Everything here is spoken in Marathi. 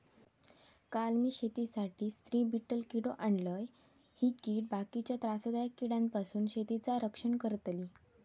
काल मी शेतीसाठी स्त्री बीटल किडो आणलय, ही कीड बाकीच्या त्रासदायक किड्यांपासून शेतीचा रक्षण करतली